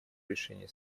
решении